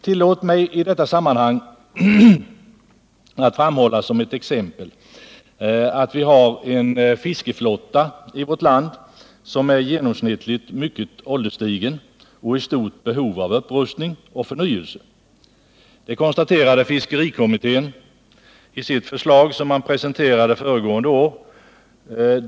Tillåt mig i detta sammanhang framhålla som ett exempel, att vi har en fiskeflotta i vårt land som är genomsnittligt mycket ålderstigen och i stort behov av upprustning och förnyelse. Det konstaterade fiskerikommittén i sitt förslag, som man presenterade föregående år.